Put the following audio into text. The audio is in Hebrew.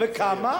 כמה?